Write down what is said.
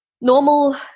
normal